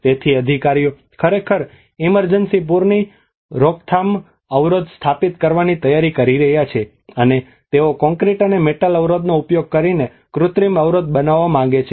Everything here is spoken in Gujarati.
તેથી અધિકારીઓ ખરેખર ઇમરજન્સી પૂરની રોકથામ અવરોધ સ્થાપિત કરવાની તૈયારી કરી રહ્યા છે અને તેઓ કોંક્રિટ અને મેટલ અવરોધનો ઉપયોગ કરીને કૃત્રિમ અવરોધ બનાવવા માંગે છે